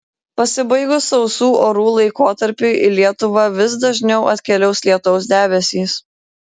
pasibaigus sausų orų laikotarpiui į lietuvą vis dažniau atkeliaus lietaus debesys